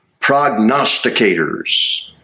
prognosticators